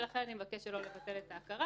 ולכן אני מבקש שלא לבטל את ההכרה.